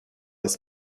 ist